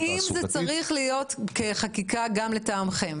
האם זה צריך להיות בחקיקה גם לטעמכם?